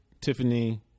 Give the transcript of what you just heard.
Tiffany